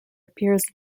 appears